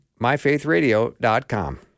MyFaithRadio.com